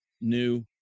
new